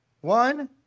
One